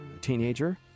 teenager